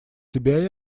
себя